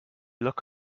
look